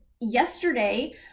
yesterday